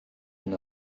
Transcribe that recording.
hyn